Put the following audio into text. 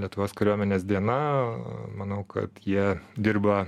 lietuvos kariuomenės diena manau kad jie dirba